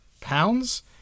pounds